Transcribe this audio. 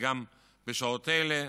וגם בשעות אלה,